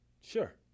Sure